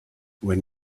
when